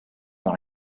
dans